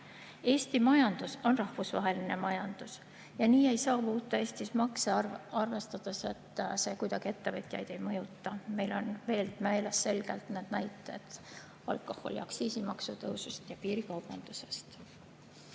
Eesti majandus on rahvusvaheline majandus ja nii ei saa muuta Eestis makse, arvestades, et see kuidagi ettevõtjaid ei mõjuta. Meil on veel selgelt meeles näited alkoholiaktsiisi tõusust ja piirikaubandusest.